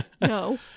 no